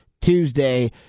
Tuesday